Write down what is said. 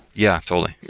yeah, totally.